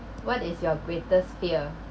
what is your greatest fear